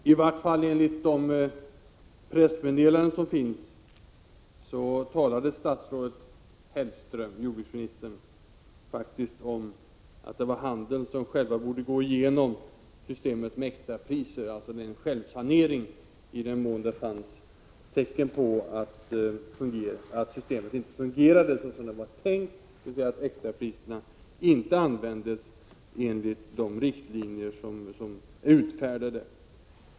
Fru talman! I varje fall enligt de pressmeddelanden som finns talade jordbruksminister Hellström faktiskt om att det var handeln som själv borde gå igenom systemet med extrapriser. Man borde alltså göra en självsanering i den mån det fanns tecken på att systemet inte fungerade såsom det var tänkt — dvs. att extrapriserna inte användes enligt de riktlinjer som är utfärdade.